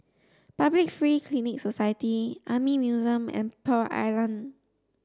Public Free Clinic Society Army Museum and Pearl Island